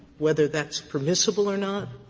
whether that's permissible or not,